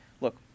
Look